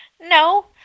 No